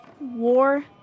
war